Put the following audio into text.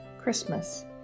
Christmas